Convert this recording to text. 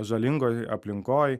žalingoj aplinkoj